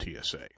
TSA